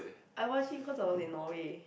I watch him cause I was in Norway